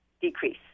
decrease